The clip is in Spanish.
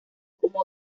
como